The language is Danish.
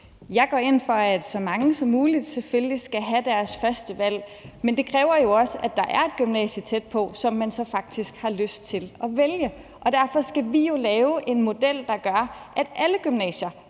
Jeg går ind for, at så mange som muligt selvfølgelig skal have deres førstevalg, men det kræver jo også, at der er et gymnasie tæt på, som man så faktisk har lyst til at vælge. Derfor skal vi jo lave en model, der gør, at alle gymnasier